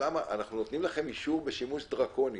אנחנו נותנים לכם אישור לשימוש בכלי דרקוני,